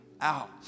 out